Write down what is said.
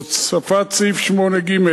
הוספת סעיף 8ג,